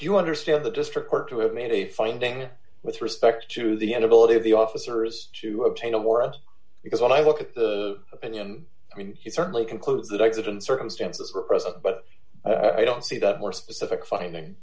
do you understand the district court to have made a finding with respect to the end of all of the officers to obtain a warrant because when i look d at the opinion i mean he certainly concludes that accident circumstances are present but i don't see that more specific finding